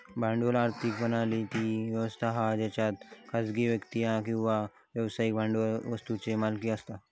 भांडवली आर्थिक प्रणाली ती व्यवस्था हा जेच्यात खासगी व्यक्ती किंवा व्यवसाय भांडवली वस्तुंचे मालिक असतत